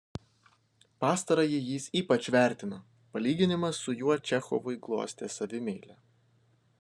pastarąjį jis ypač vertino palyginimas su juo čechovui glostė savimeilę